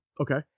Okay